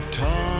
time